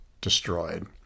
destroyed